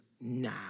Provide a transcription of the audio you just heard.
now